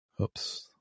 oops